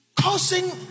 causing